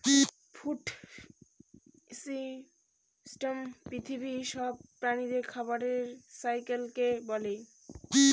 food system পৃথিবীর সব প্রাণীদের খাবারের সাইকেলকে বলে